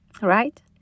right